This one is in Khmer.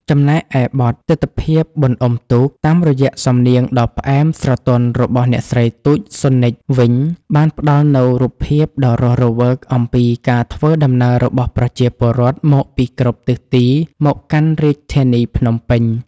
ចំណែកឯបទ «ទិដ្ឋភាពបុណ្យអ៊ុំទូក» តាមរយៈសំនៀងដ៏ផ្អែមស្រទន់របស់អ្នកស្រី ទូច ស៊ុននិច វិញ បានផ្តល់នូវរូបភាពដ៏រស់រវើកអំពីការធ្វើដំណើររបស់ប្រជាពលរដ្ឋមកពីគ្រប់ទិសទីមកកាន់រាជធានីភ្នំពេញ។